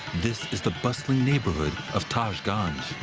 this is the bustling neighborhood of taj gange.